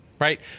right